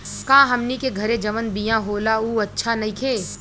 का हमनी के घरे जवन बिया होला उ अच्छा नईखे?